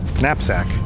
knapsack